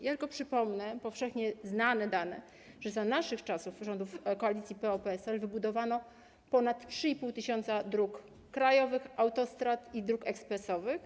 Ja tylko przypomnę powszechnie znane dane, że za naszych czasów rządów koalicji PO-PSL wybudowano ponad 3,5 tys. dróg krajowych, autostrad i dróg ekspresowych.